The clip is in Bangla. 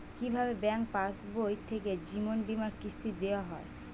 কি ভাবে ব্যাঙ্ক পাশবই থেকে জীবনবীমার কিস্তি দেওয়া হয়?